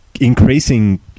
increasing